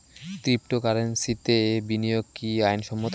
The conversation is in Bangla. ক্রিপ্টোকারেন্সিতে বিনিয়োগ কি আইন সম্মত?